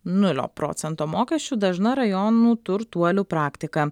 nulio procento mokesčių dažna rajonų turtuolių praktika